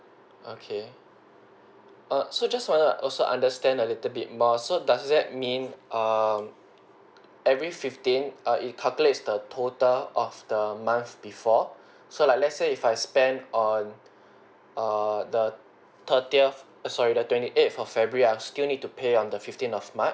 okay err so just wanna also understand a little bit more so does that mean um every fifteen err it'll calculate the total of the months before so like let's say if I spend on err the thirtieth sorry the twenty eighth of february I'll still need to pay on the fifteen of march